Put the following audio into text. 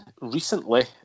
recently